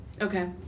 Okay